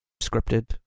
scripted